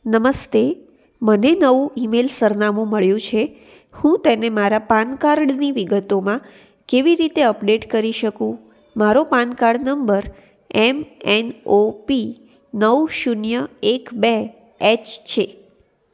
નમસ્તે મને નવું ઈ મેઈલ સરનામું મળ્યું છે હું તેને મારા પાન કાર્ડની વિગતોમાં કેવી રીતે અપડેટ કરી શકું મારો PAN card number M N O P નવ શૂન્ય એક બે એચ છે